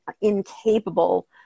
incapable